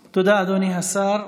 תודה, אדוני השר.